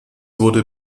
wurde